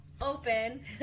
Open